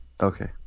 Okay